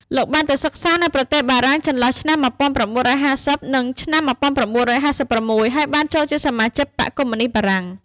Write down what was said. លោកបាន ទៅសិក្សានៅប្រទេសបារាំង ចន្លោះឆ្នាំ ១៩៥០ និងឆ្នាំ១៩៥៦ ហើយបាន ចូលជាសមាជិបក្សកុម្មុយនីស្តបារាំង ។